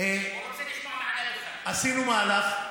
עשינו מהלך,